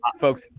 folks